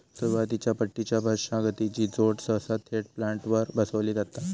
सुरुवातीच्या पट्टीच्या मशागतीची जोड सहसा थेट प्लांटरवर बसवली जाता